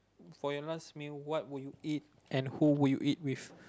for your last meal what would you eat and who would you eat with